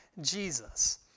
Jesus